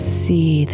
see